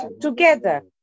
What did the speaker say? together